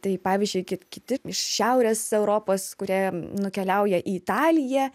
tai pavyzdžiui ki kiti iš šiaurės europos kurie nukeliauja į italiją